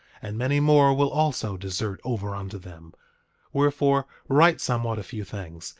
and many more will also desert over unto them wherefore, write somewhat a few things,